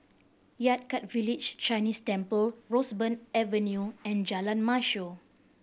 Yan Kit Village Chinese Temple Roseburn Avenue and Jalan Mashor